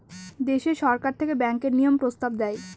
দেশে সরকার থেকে ব্যাঙ্কের নিয়ম প্রস্তাব দেয়